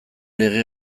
lege